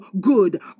good